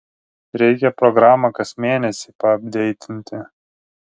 reikia programą kas mėnesį paapdeitinti